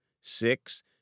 Six